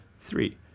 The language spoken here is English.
three